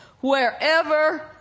wherever